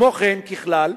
כמו כן, ככלל,